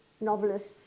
novelists